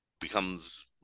becomes